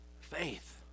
Faith